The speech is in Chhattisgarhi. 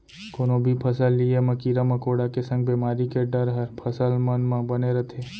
कोनो भी फसल लिये म कीरा मकोड़ा के संग बेमारी के डर हर फसल मन म बने रथे